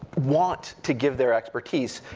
want to give their expertise.